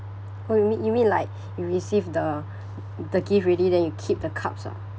oh you mean like you receive the the gift ready then you keep the cups ah